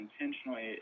intentionally